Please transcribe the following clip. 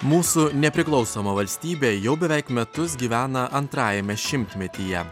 mūsų nepriklausoma valstybė jau beveik metus gyvena antrajame šimtmetyje